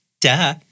Duh